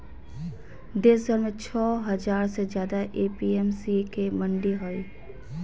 देशभर में छो हजार से ज्यादे ए.पी.एम.सी के मंडि हई